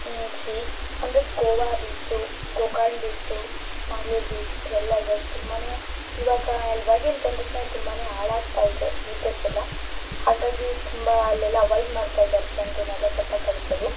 sea ಅಂದರೆ Goa beach Gokarna beach Mangalore beach ಅದೆಲ್ಲ ಇದೆ ತುಂಬಾ ಈವಾಗ ಈವಾಗಿನ ಜನರೇಶನಲ್ಲಿ ತುಂಬಾ ಹಾಳಾಗ್ತಾ ಇದೆ ಬೀಚಸ್ ಎಲ್ಲ ಹಾಗಾಗಿ ತುಂಬಾ ಅಲ್ಲೆಲ್ಲ ಅವಾಯ್ಡ್ ಮಾಡ್ತಾ ಇದ್ದಾರೆ ಜನರನೆಲ್ಲ ಸ್ವಲ್ಪ ಕಳಿಸೋದು